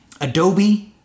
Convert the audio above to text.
adobe